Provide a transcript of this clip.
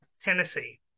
Tennessee